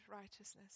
righteousness